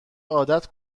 عادت